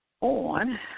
on